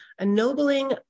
ennobling